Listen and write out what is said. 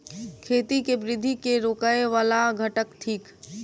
खेती केँ वृद्धि केँ रोकय वला घटक थिक?